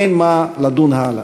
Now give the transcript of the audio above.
אין מה לדון הלאה.